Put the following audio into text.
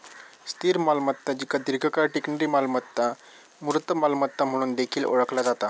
स्थिर मालमत्ता जिका दीर्घकाळ टिकणारी मालमत्ता, मूर्त मालमत्ता म्हणून देखील ओळखला जाता